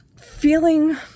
feeling